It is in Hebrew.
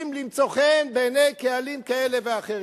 למצוא חן בעיני קהלים כאלה ואחרים?